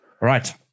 right